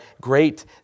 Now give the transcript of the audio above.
great